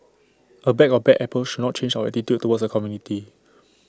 A bag of bad apples should not change our attitude towards the community